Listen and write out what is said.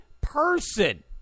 person